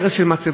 הרס של מצבות,